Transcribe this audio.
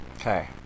Okay